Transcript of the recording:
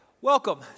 welcome